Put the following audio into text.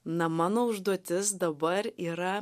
na mano užduotis dabar yra